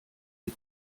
sie